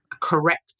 Correct